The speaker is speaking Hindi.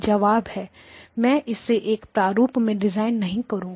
जवाब है मैं इसे इस प्रारूप में डिजाइन नहीं करूंगा